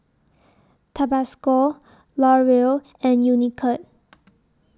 Tabasco L'Oreal and Unicurd